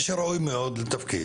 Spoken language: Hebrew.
אז מי שראוי מאוד לתפקיד